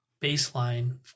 baseline